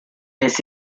this